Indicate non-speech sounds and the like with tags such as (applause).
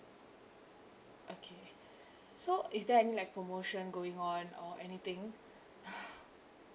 okay so is there any like promotion going on or anything (laughs)